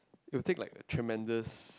it will take like a tremendous